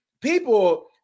people